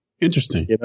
interesting